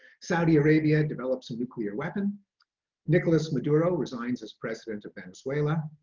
saudi arabia develops a nuclear weapon nicolas maduro resigns as president of venezuela,